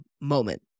moment